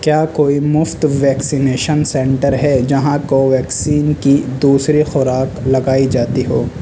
کیا کوئی مفت ویکسینیشن سنٹر ہے جہاں کوویکسین کی دوسری خوراک لگائی جاتی ہو